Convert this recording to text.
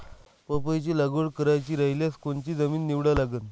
पपईची लागवड करायची रायल्यास कोनची जमीन निवडा लागन?